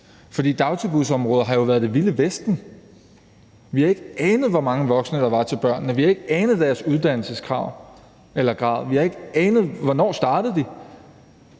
For dagtilbudsområdet har jo været det vilde vesten. Vi har ikke anet, hvor mange voksne der var til børnene. Vi har ikke anet, hvad deres udannelsesgrad var. Vi har ikke anet, hvornår de startede.